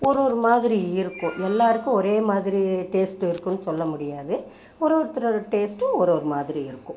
ஒருரொரு மாதிரி இருக்கும் எல்லோருக்கும் ஒரே மாதிரி டேஸ்ட்டு இருக்கும்னு சொல்ல முடியாது ஒருரொருத்தரோடய டேஸ்ட்டும் ஒருரொரு மாதிரி இருக்கும்